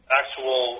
actual